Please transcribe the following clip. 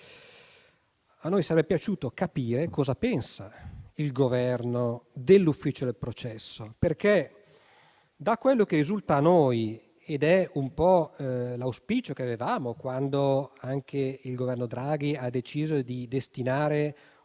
A noi però sarebbe piaciuto capire cosa pensa il Governo dell'ufficio del processo, perché, da quello che risulta a noi - ed è un po' l'auspicio che avevamo, quando anche il Governo Draghi ha deciso di destinare una